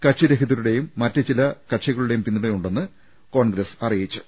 കക്ഷിരഹി തരുടെയും മറ്റ് ചില കക്ഷികളുടെയും പിന്തുണ ഉണ്ടെന്ന് പാർട്ടി അറിയി ച്ചു